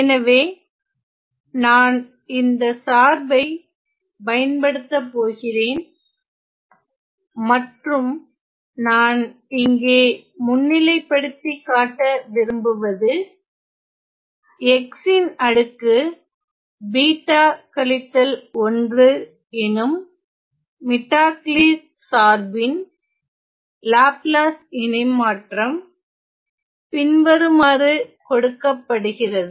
எனவே நான் இந்த சார்பை பயன்படுத்தப்போகிறேன் மற்றும் நான் இங்கே முன்னிலைப்படுத்திக்காட்ட விரும்புவது x ன் அடுக்கு பீட்டா கழித்தல் 1 எனும் மிட்டாக் லீர் சார்பின் லாப்லாஸ் இணைமாற்றம் பின்வருமாறு கொடுக்கப்படுகிறது